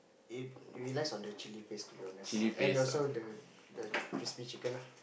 it relies on the chili paste to be honest and also the the crispy chicken lah